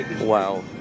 Wow